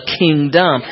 kingdom